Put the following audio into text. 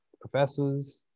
professors